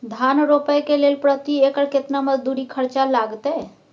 धान रोपय के लेल प्रति एकर केतना मजदूरी खर्चा लागतेय?